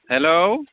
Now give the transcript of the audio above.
hello